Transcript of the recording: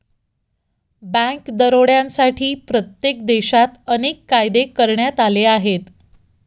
bank दरोड्यांसाठी प्रत्येक देशात अनेक कायदे करण्यात आले आहेत